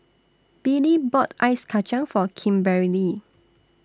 Billie bought Ice Kacang For Kimberely